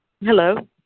Hello